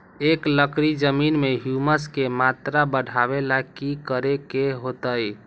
एक एकड़ जमीन में ह्यूमस के मात्रा बढ़ावे ला की करे के होतई?